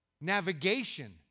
navigation